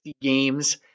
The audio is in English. games